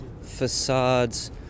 facades